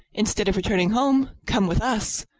instead of returning home, come with us.